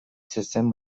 zezen